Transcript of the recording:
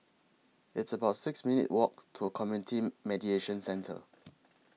It's about six minutes' Walk to Community Mediation Centre